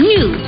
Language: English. New